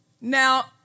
now